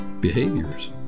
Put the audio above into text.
behaviors